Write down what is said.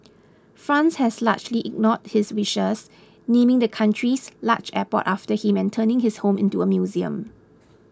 France has largely ignored his wishes naming the country's largest airport after him and turning his home into a museum